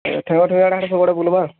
ଠେଙ୍ଗ ଠେଙ୍ଗର୍ ସବୁ ଆଡ଼େ ବୁଲମା